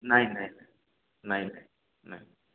ନାଇଁ ନାଇଁ ନାଇଁ ନାଇଁ